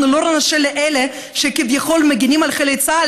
אנחנו לא נרשה לאלה שכביכול מגינים על חיילי צה"ל,